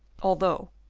although,